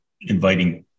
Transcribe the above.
inviting